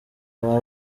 aba